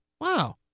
wow